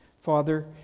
Father